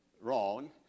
wrong